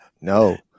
No